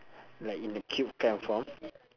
like in the cube kind of form